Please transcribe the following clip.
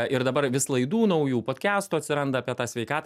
ir dabar vis laidų naujų podkestų atsiranda apie tą sveikatą